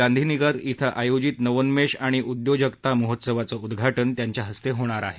गांधीनगर कें आयोजित नवोन्मेष आणि उद्योजकता महोत्सवाचं उद्घाटन त्यांच्या हस्ते होणार आहे